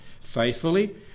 faithfully